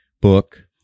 book